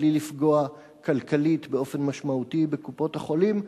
בלי לפגוע כלכלית באופן משמעותי בקופות-החולים.